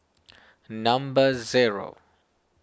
number zero